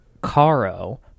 Caro